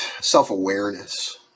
self-awareness